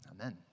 Amen